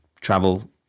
travel